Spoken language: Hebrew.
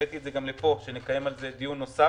הבאתי את זה גם לפה כדי שנקיים על זה דיון נוסף,